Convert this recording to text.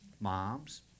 Moms